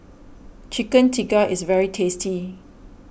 Chicken Tikka is very tasty